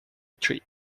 treat